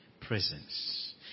presence